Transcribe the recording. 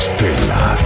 Stella